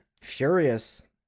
furious